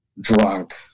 drunk